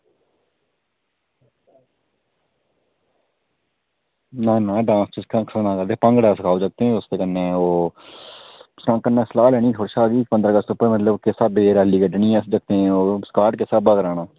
ना ना डांस ते भंगड़ा सखाओ जगतें ई ते कन्नै ओह् ते कन्नै सलाह् लैनी ही थुआढ़े कशा कि पंदरां अगस्त पर कनेही रैली कड्ढनी ऐ जागतें ओह् स्कवायड किस स्हाबै दा कराना